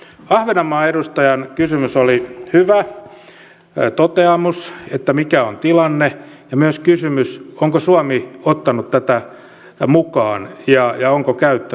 ahvenanmaan edustajan kysymys oli hyvä toteamus siitä mikä on tilanne ja myös kysymys onko suomi ottanut tätä mukaan ja onko käyttänyt